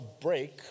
break